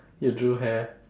you drew hair